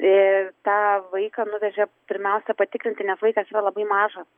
ir tą vaiką nuvežė pirmiausia patikrinti nes vaikas vėl labai mažas